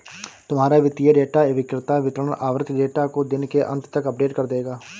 तुम्हारा वित्तीय डेटा विक्रेता वितरण आवृति डेटा को दिन के अंत तक अपडेट कर देगा